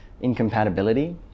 incompatibility